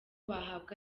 bahabwa